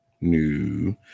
new